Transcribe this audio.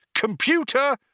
Computer